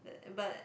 and but